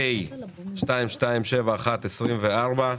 (פ/2271/24),